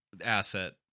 asset